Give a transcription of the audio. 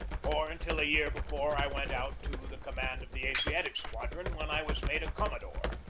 or until a year before i went out to the command of the asiatic squadron, when i was made a commodore.